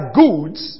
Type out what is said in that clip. goods